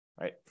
right